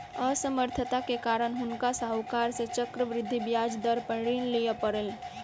असमर्थता के कारण हुनका साहूकार सॅ चक्रवृद्धि ब्याज दर पर ऋण लिअ पड़लैन